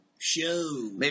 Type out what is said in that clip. Show